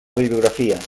bibliografia